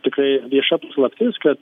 tikrai vieša paslaptis kad